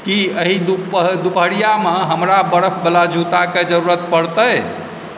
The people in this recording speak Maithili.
की एहि दुपहरियामे हमरा बरफ़ बला जूता के जरूरत परतै